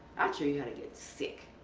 i'd show you how to get sick,